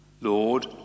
Lord